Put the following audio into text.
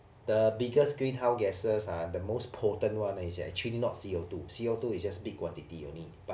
the biggest greenhouse gases are the most potent one is like actually not C_O two C_O two is just big quantity only but